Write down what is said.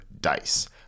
Dice